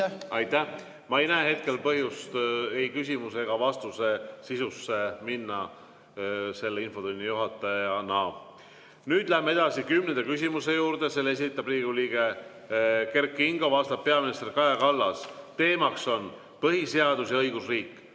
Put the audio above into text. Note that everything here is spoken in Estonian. Ma ei näe hetkel põhjust ei küsimuse ega vastuse sisusse minna selle infotunni juhatajana. Nüüd läheme edasi kümnenda küsimuse juurde. Selle esitab Riigikogu liige Kert Kingo, vastab peaminister Kaja Kallas, teema on põhiseadus ja õigusriik.